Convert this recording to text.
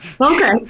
Okay